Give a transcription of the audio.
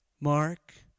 Mark